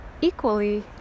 equally